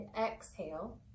exhale